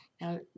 Now